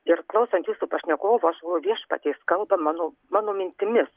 ir klausant jūsų pašnekovo aš galvojau o viešpatie jis kalba mano mano mintimis